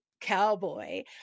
cowboy